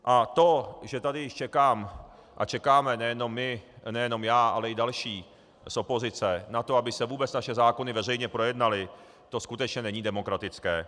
A to, že tady již čekám a čekáme, nejenom já, ale i další z opozice, na to, aby se vůbec naše zákony veřejně projednaly, to skutečně není demokratické.